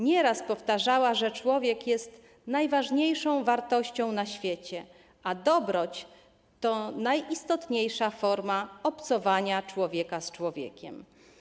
Nieraz powtarzała, że człowiek jest najważniejszą wartością na świecie, a dobroć to najistotniejsza forma obcowania człowieka z człowiekiem.